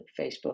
Facebook